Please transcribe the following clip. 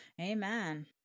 Amen